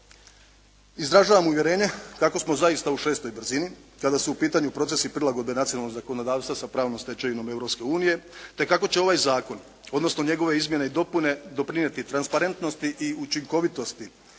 izražavam uvjerenje kako smo zaista u 6 brzini, kada su u pitanju procesi prilagodbe nacionalnog zakonodavstava sa pravnom stečevinom Europske unije, te kako će ovaj zakon, odnosno njegove izmjene i dopune, doprinijeti transparentnosti i učinkovitosti